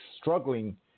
struggling